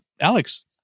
Alex